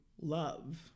love